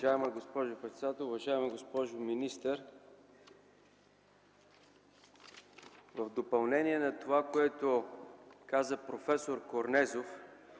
Уважаема госпожо председател, уважаема госпожо министър, в допълнение на това, което каза проф. Корнезов,